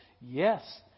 Yes